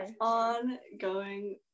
ongoing